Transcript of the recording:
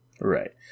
right